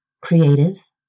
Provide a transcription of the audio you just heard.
creative